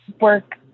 work